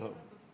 טוב.